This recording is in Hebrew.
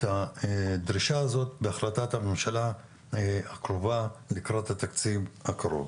הדרישה הזו בהחלטת הממשלה הקרובה לקראת התקציב הקרוב.